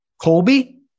Colby